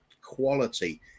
quality